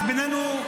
יש בינינו,